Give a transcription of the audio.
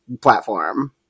platform